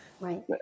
Right